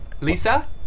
Lisa